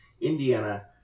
Indiana